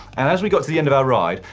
and as we got to the end of our ride,